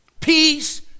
Peace